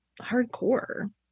hardcore